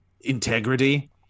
integrity